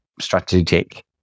strategic